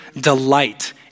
delight